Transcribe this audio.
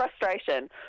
frustration